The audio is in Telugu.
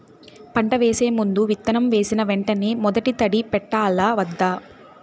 పంట వేసే ముందు, విత్తనం వేసిన వెంటనే మొదటి తడి పెట్టాలా వద్దా?